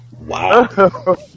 wow